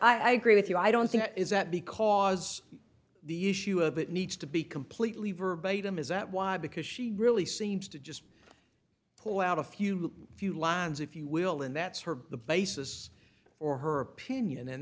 i agree with you i don't think that is that because the issue of it needs to be completely verbatim is that why because she really seems to just well a few few lines if you will and that's her the basis for her opinion and